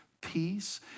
peace